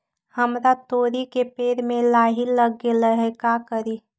हमरा तोरी के पेड़ में लाही लग गेल है का करी?